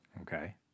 Okay